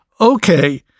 okay